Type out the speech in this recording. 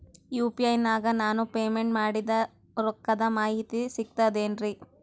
UPI ನಾಗ ನಾನು payment ಮಾಡಿದ ರೊಕ್ಕದ ಮಾಹಿತಿ ಸಿಕ್ತಾತೇನ್ರೀ?